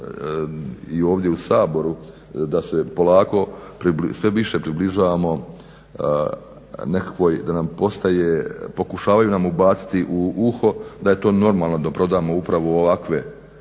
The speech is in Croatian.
i ovdje u Saboru da se polako sve više približavamo nekakvoj, da nam postaje, pokušavaju nam ubaciti u uho da je to normalno da prodamo upravo u ovakva